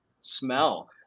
smell